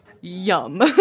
Yum